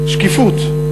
שקיפות.